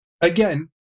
again